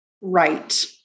right